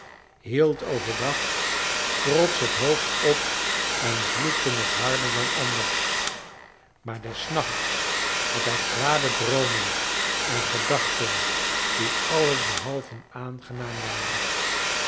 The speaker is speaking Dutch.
hield over dag trotsch het hoofd op en vloekte nog harder dan anders maar des nachts had hij kwade droomen en gedachten die alles behalve aangenaam waren